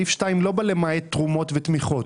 פסקה (2) לא באה למעט תרומות ותמיכות.